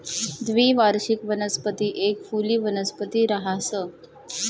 द्विवार्षिक वनस्पती एक फुली वनस्पती रहास